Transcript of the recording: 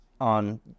on